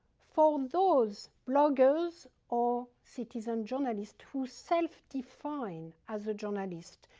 for those bloggers or citizen journalists who self-define as a journalist,